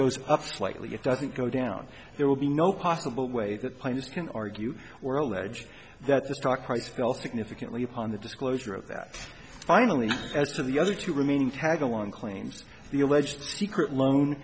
goes up slightly it doesn't go down there will be no possible way that players can argue or allege that the stock price fell significant lipan the disclosure of that finally as to the other two remaining tagalong claims the alleged secret loan